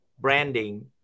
Branding